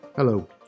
Hello